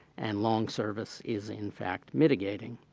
and long service is in fact mitigating.